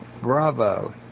Bravo